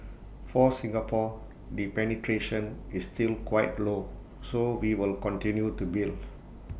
for Singapore the penetration is still quite low so we will continue to build